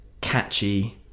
catchy